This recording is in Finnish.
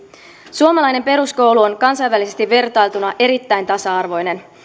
suomalainen peruskoulu on kansainvälisesti vertailtuna erittäin tasa arvoinen